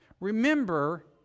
Remember